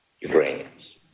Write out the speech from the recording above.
Ukrainians